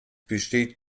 besteht